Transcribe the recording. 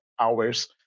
hours